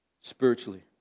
spiritually